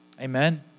Amen